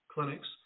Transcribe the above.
clinics